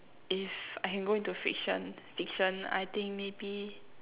if I can go into fiction fiction I think maybe